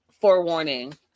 forewarning